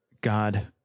God